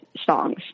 songs